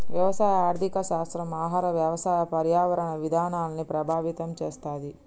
వ్యవసాయ ఆర్థిక శాస్త్రం ఆహార, వ్యవసాయ, పర్యావరణ విధానాల్ని ప్రభావితం చేస్తది